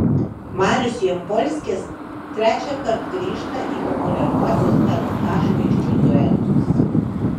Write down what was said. marius jampolskis trečiąkart grįžta į populiariuosius lnk žvaigždžių duetus